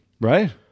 Right